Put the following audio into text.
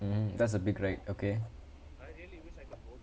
mmhmm that's a big right okay